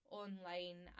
online